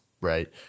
right